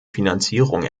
finanzierung